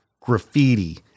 graffiti